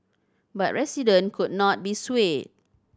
but resident could not be swayed